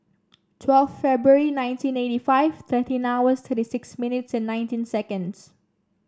twelve February nineteen eighty five thirteen hours thirty six minutes and nineteen seconds